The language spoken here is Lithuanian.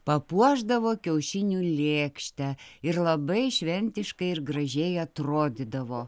papuošdavo kiaušinių lėkštę ir labai šventiškai ir gražiai atrodydavo